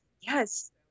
Yes